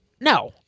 No